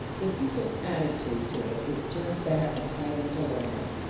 the pupil's attitude to it is just that of having to learn it.